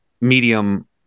medium